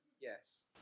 Yes